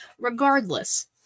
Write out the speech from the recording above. Regardless